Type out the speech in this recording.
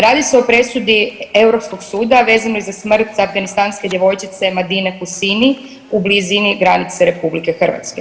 Radi se o presudi Europskog suda vezano je za smrt afganstanske djevojčice Madine Husini u blizini granice RH.